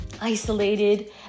isolated